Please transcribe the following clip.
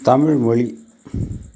தமிழ்மொழி